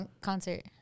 concert